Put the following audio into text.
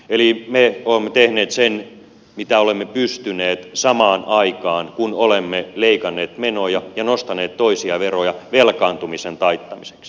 eli me olemme tehneet sen mitä olemme pystyneet samaan aikaan kun olemme leikanneet menoja ja nostaneet toisia veroja velkaantumisen taittamiseksi